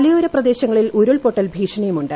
മലയോര പ്രദേശങ്ങളിൽ ഉരുൾപൊട്ടൽ ഭീഷണിയുമുണ്ട്